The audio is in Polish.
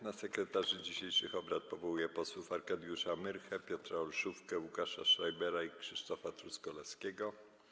Na sekretarzy dzisiejszych obrad powołuję posłów Arkadiusza Myrchę, Piotra Olszówkę, Łukasza Schreibera i Krzysztofa Truskolaskiego.